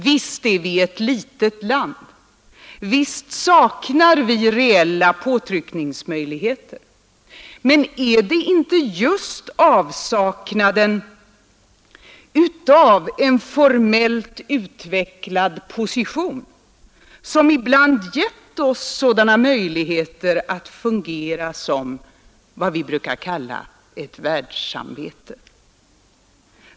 Visst är vi ett litet land, visst saknar vi reella påtryckningsmöjligheter — men är det inte just avsaknaden av en formellt utvecklad position, som ibland gett oss sådana möjligheter att fungera som vad vi brukar kalla ett ”världssamvete”?